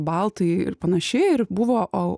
baltai ir panašiai ir buvo